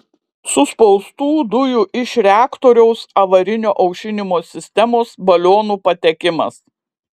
suspaustų dujų iš reaktoriaus avarinio aušinimo sistemos balionų patekimas